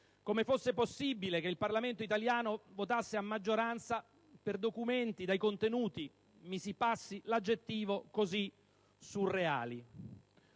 come fosse possibile che il Parlamento italiano votasse a maggioranza documenti dai contenuti - mi si passi l'aggettivo - così surreali.